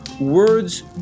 words